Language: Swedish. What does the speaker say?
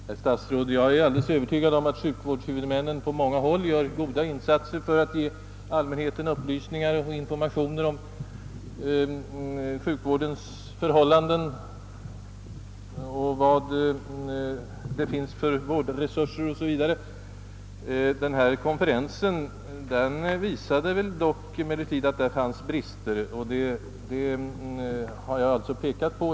Herr talman! Jag är alldeles övertygad om att sjukvårdshuvudmännen på många håll gör goda insatser för att ge allmänheten upplysningar och informationer om sjukvårdens förhållanden och om vilka vårdresurser det finns. Den nämnda konferensen visade väl dock att brister föreligger, vilka också jag pekat på.